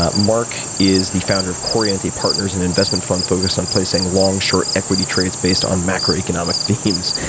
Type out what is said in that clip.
ah mark is the founder of corriente partners and investment fund focused on placing longshore equity trades based on macroeconomic themes.